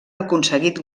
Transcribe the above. aconseguit